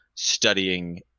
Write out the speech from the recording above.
studying